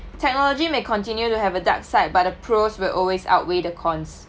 technology may continue to have a dark side but the pros will always outweigh the cons